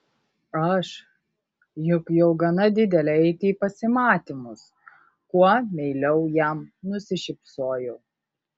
aš juk jau gana didelė eiti į pasimatymus kuo meiliau jam nusišypsojau